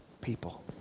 people